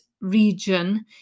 region